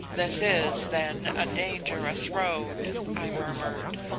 this is, then, a dangerous road i murmured.